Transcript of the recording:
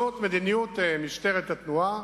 זאת מדיניות משטרת התנועה